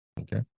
okay